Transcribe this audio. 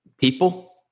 People